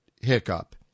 hiccup